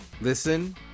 Listen